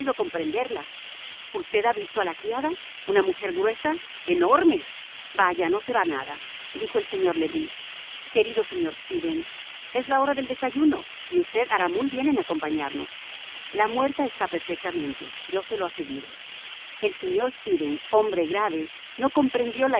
comprenderla usted ha visto a la criada una mujer gruesa enorme vaya no será nada dijo el señor le bris querido señor stevens es la hora del desayuno y usted hará muy bien en acompañarnos la muerta está perfectamente yo se lo aseguro el señor stevens hombre grave no comprendió